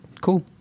Cool